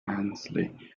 ainslie